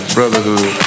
Brotherhood